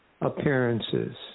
appearances